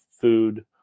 food